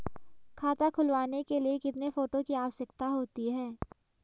खाता खुलवाने के लिए कितने फोटो की आवश्यकता होती है?